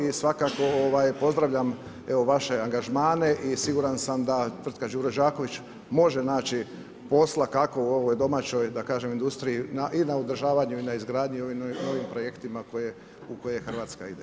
I svakako pozdravljam evo vaše angažmane i siguran sam da tvrtka Đuro Đaković može naći posla kako u ovoj domaćoj, da kažem industriji i na održavanju i na izgradnji, ovim novim projektima u koje Hrvatska ide.